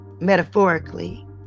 metaphorically